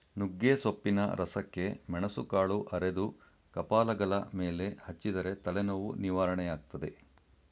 ನುಗ್ಗೆಸೊಪ್ಪಿನ ರಸಕ್ಕೆ ಮೆಣಸುಕಾಳು ಅರೆದು ಕಪಾಲಗಲ ಮೇಲೆ ಹಚ್ಚಿದರೆ ತಲೆನೋವು ನಿವಾರಣೆಯಾಗ್ತದೆ